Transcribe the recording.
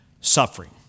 suffering